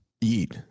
Eat